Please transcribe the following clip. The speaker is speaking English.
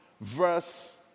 verse